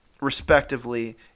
respectively